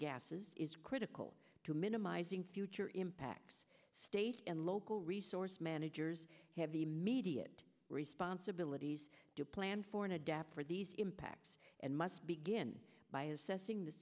gases is critical to minimizing future impacts state and local resource managers have immediate responsibilities to plan for and adapt for these impacts and must begin by assessing